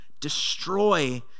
Destroy